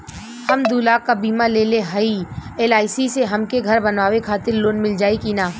हम दूलाख क बीमा लेले हई एल.आई.सी से हमके घर बनवावे खातिर लोन मिल जाई कि ना?